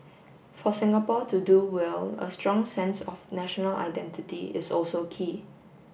for Singapore to do well a strong sense of national identity is also key